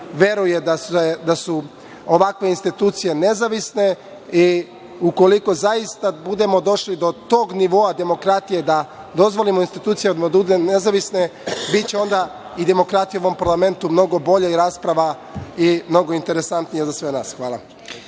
veruje da su ovakve institucije nezavisne. Ukoliko zaista budemo došli do tog nivoa demokratije da dozvolimo institucijama da budu nezavisne, biće onda i demokratija u ovom parlamentu mnogo bolja i rasprava mnogo interesantnija za sve nas. Hvala.